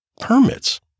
permits